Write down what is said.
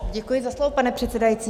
Děkuji za slovo, pane předsedající.